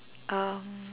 um